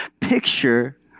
picture